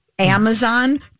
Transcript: Amazon